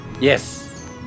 Yes